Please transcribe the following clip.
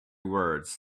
words